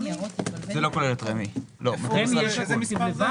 נאמר מי שזורק פסולת בחוף הים, מה הקנס של זה?